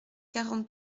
quarante